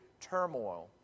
turmoil